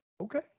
Okay